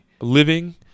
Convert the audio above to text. living